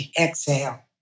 exhale